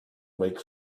make